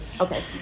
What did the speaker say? Okay